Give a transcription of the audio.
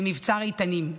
למבצר איתנים,